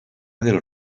del